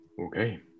Okay